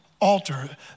altar